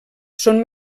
són